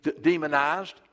demonized